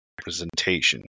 representation